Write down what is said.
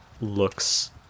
looks